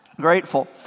grateful